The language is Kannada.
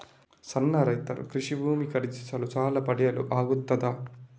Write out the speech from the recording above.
ಸಣ್ಣ ರೈತರು ಕೃಷಿ ಭೂಮಿ ಖರೀದಿಸಲು ಸಾಲ ಪಡೆಯಲು ಆಗ್ತದ?